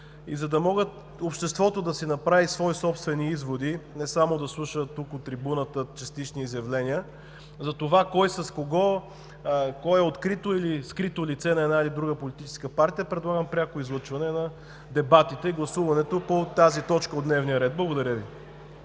За да може обществото да направи свои собствени изводи – не само да слуша частични изявления от трибуната за това кой с кого, кой е откритото или скритото лице на една или друга политическа партия, предлагам прякото излъчване на дебатите и гласуването по тази точка от дневния ред. Благодаря Ви.